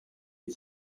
iki